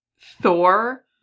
Thor